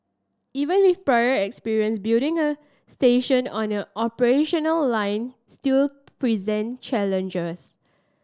even with prior experience building a station on an operational line still present challenges